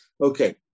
Okay